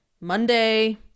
Monday